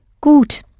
Gut